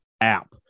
app